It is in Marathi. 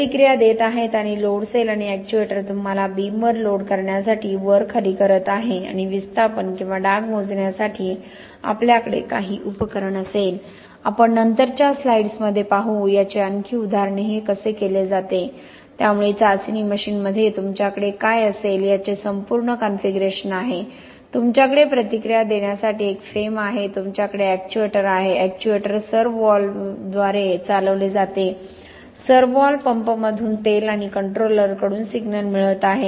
प्रतिक्रिया देत आहेत आणि लोड सेल आणि एक्च्युएटर तुम्हाला बीमवर लोड करण्यासाठी वर खाली करत आहे आणि विस्थापन किंवा डाग मोजण्यासाठी आपल्याकडे काही उपकरण असेल आपण नंतरच्या स्लाइड्समध्ये पाहू याची आणखी उदाहरणे हे कसे केले जाते त्यामुळे चाचणी मशीनमध्ये तुमच्याकडे काय असेल याचे संपूर्ण कॉन्फिगरेशन आहे तुमच्याकडे प्रतिक्रिया देण्यासाठी एक फ्रेम आहे तुमच्याकडे एक्च्युएटर आहे एक्च्युएटर सर्व्होव्हॉल्व्हद्वारे चालवले जाते सर्व्हव्हॉल्व्ह पंपमधून तेल आणि कंट्रोलरकडून सिग्नल मिळवत आहे